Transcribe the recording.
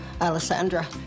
Alessandra